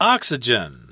Oxygen